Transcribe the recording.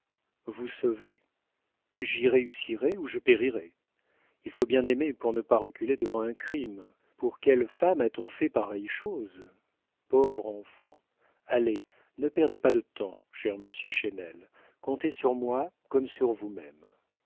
vous sauver j'y réussirai ou je périrai il faut bien aimer pour ne pas reculer devant un crime pour quelle femme a-t-on fait pareille chose pauvre enfant allez ne perdez pas de temps cher monsieur chesnel comptez sur moi comme sur vous-même